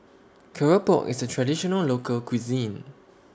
Keropok IS A Traditional Local Cuisine